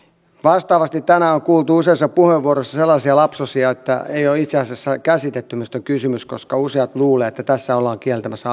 vastaavasti tänään on kuultu useissa puheenvuoroissa sellaisia lapsosia että ei ole itse asiassa käsitetty mistä on kysymys koska useat luulevat että tässä ollaan kieltämässä abortti